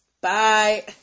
Bye